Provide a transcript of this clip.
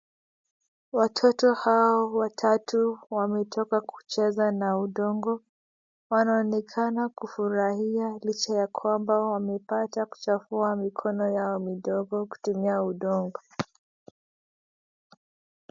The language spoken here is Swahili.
Watoto hawa watatu wametoka kucheza na udongo. Wanaonekana kufurahia licha ya kwamba wamepata kuchafua mikono yao midogo kutumia udongo.